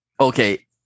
okay